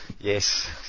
Yes